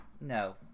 No